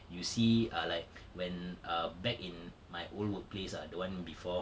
you see ah like when err back in my old workplace ah the one before